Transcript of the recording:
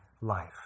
life